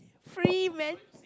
free man